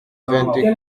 vingt